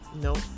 Nope